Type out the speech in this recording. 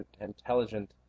intelligent